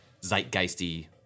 zeitgeisty